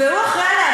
והוא אחראי לה.